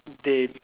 they